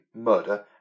murder